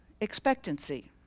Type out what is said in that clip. expectancy